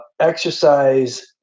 exercise